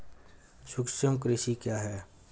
सूक्ष्म कृषि क्या है?